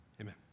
amen